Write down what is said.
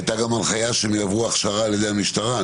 הייתה גם הנחיה שהם יעברו הכשרה על ידי המשטרה.